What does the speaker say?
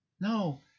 no